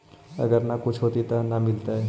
अगर न कुछ होता तो न मिलता?